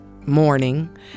morning